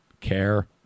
care